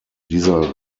dieser